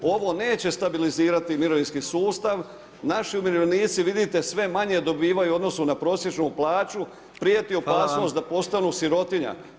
Ovo neće stabilizirati mirovinski sustav, naši umirovljenici vidite sve manje dobivaju u odnosu na prosječnu plaću, prijeti opasnost da postanu sirotinja.